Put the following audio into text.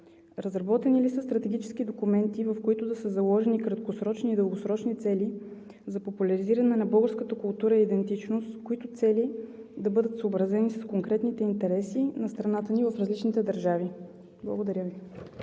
Разработени ли са стратегически документи, в които да са заложени краткосрочни и дългосрочни цели за популяризиране на българската култура и идентичност, които цели да бъдат съобразени с конкретните интереси на страната ни в различните държави? Благодаря Ви.